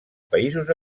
països